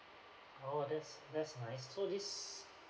oh that's that's nice so this